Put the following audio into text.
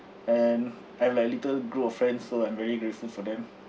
and I have like little group of friends so I'm very grateful for them